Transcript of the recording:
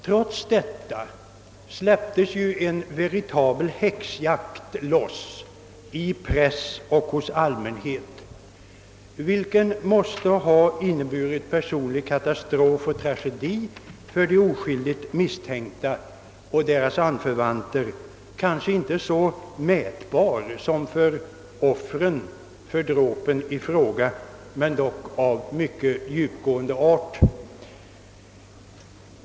Trots detta släpptes en veritabel häxjakt loss i press och hos allmänhet, vilket måste ha inneburit personlig katastrof och tragedi för de oskyldigt misstänkta och deras anförvanter — kanske inte så mätbar som för dråpens offer men dock av mycket djupgående art.